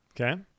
Okay